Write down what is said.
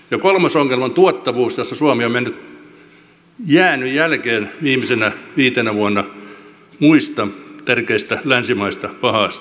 ja kolmas ongelma on tuottavuus jossa suomi on jäänyt jälkeen viimeisenä viitenä vuonna muista tärkeistä länsimaista pahasti